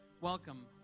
Welcome